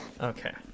Okay